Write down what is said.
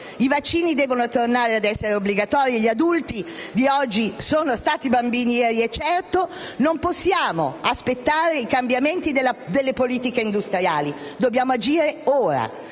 I vaccini devono tornare a essere obbligatori. Gli adulti di oggi sono stati bambini ieri e certo non possiamo aspettare i cambiamenti delle politiche industriali: dobbiamo agire ora.